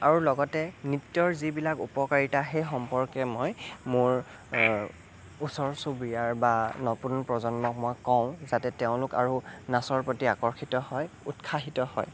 আৰু লগতে নৃত্যৰ যিবিলাক উপকাৰিতা সেই সম্পৰ্কে মই মোৰ ওচৰ চুবুৰীয়াৰ বা নতুন প্ৰজন্মক মই কওঁ যাতে তেওঁলোক আৰু নাচৰ প্ৰতি আকৰ্ষিত হয় উৎসাহিত হয়